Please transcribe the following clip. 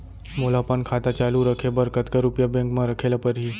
मोला अपन खाता चालू रखे बर कतका रुपिया बैंक म रखे ला परही?